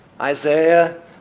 Isaiah